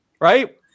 right